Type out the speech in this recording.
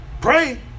pray